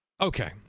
Okay